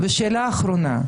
שאלה אחרונה.